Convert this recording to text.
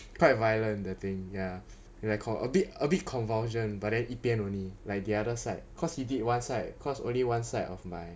quite violent that thing ya a bit a bit convulsion but then 一边 only like the other side cause he did one side cause only one side of my